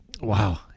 Wow